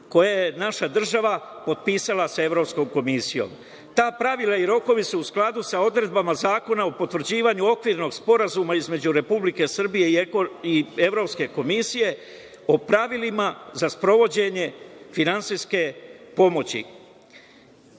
koje je naša država potpisala sa Evropskom komisijom. Ta pravila i rokovi su u skladu sa odredbama Zakona o potvrđivanju Okvirnog sporazuma između Republike Srbije i Evropske komisije po pravilima za sprovođenje finansijske pomoći.